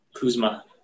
Kuzma